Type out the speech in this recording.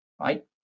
right